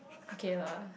okay lah